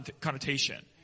connotation